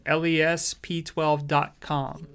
lesp12.com